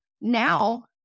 Now